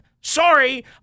sorry